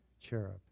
cherub